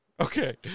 Okay